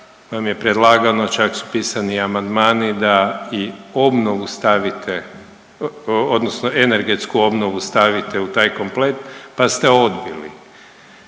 vam je predlagano čak su pisani i amandmani da i obnovu stavite odnosno energetsku obnovu stavite u taj komplet pa ste odbili.